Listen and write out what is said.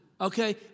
Okay